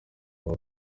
baba